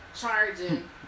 charging